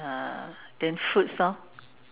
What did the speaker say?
uh then fruits orh